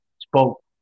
spoke